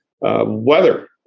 weather